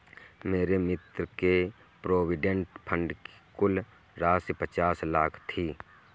मेरे मित्र के प्रोविडेंट फण्ड की कुल राशि पचास लाख थी